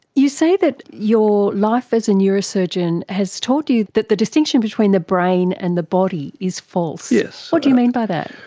you say that your life as a neurosurgeon has taught you that the distinction between the brain and the body is false. what do you mean by that?